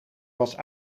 was